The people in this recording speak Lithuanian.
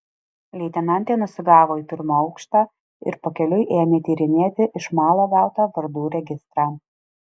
leitenantė nusigavo į pirmą aukštą ir pakeliui ėmė tyrinėti iš malo gautą vardų registrą